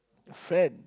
friend